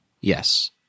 Yes